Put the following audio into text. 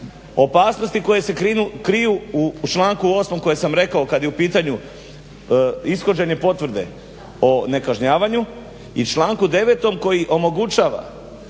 Opasnosti koje se kriju u članku 8. koje sam rekao kad je u pitanju ishođenje potvrde o nekažnjavanju i članku 9. koji omogućava